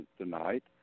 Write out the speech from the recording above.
tonight